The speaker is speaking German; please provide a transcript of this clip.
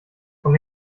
komm